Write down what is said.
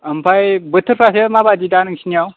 ओमफ्राइ बोथोरफ्रासो माबायदि दा नोंसोरनियाव